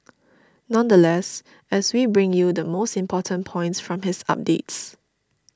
nonetheless as we bring you the important points from his updates